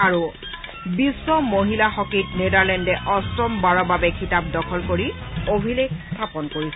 আৰু বিশ্ব মহিলা হকীত নেডাৰলেণ্ডে অষ্টমবাৰৰ বাবে খিতাপ দখল কৰি অভিলেখ স্থাপন কৰিছে